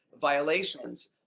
violations